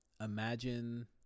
imagine